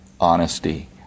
honesty